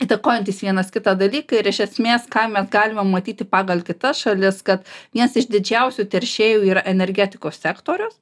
įtakojantys vienas kitą dalyką ir iš esmės ką mes galime matyti pagal kitas šalis kad vienas iš didžiausių teršėjų yra energetikos sektorius